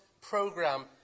program